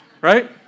Right